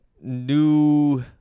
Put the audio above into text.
New